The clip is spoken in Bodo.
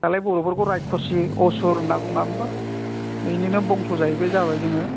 दालाय बर'फोरखौ रायक्षसि असुर होनना बुङा होनबा बेनिनो बंस' जाहैबाय जाबाय जोङो